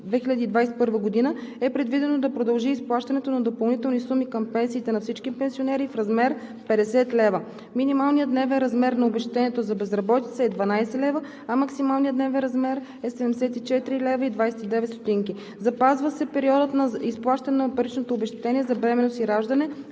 2021 г. е предвидено да продължи изплащането на допълнителни суми към пенсиите на всички пенсионери в размер 50 лв.; - минималният дневен размер на обезщетението за безработица е 12,00 лв., а максималният дневен размер е 74,29 лв.; - запазва се периодът на изплащане на паричното обезщетение за бременност и раждане